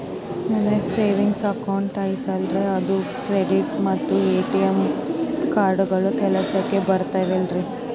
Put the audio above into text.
ನನ್ನ savings account ಐತಲ್ರೇ ಅದು ಕ್ರೆಡಿಟ್ ಮತ್ತ ಎ.ಟಿ.ಎಂ ಕಾರ್ಡುಗಳು ಕೆಲಸಕ್ಕೆ ಬರುತ್ತಾವಲ್ರಿ?